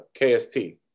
KST